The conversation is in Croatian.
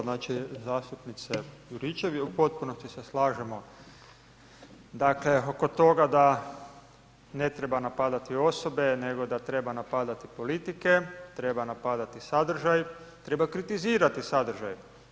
Znači, zastupnice Juričev, u potpunosti se slažemo oko toga da ne treba napadati osobe nego da treba napadati politike, treba napadati sadržaj, treba kritizirati sadržaj.